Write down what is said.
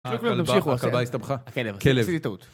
הכלבה הסתבכה, כלב. כן, עשיתי טעות.